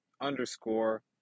underscore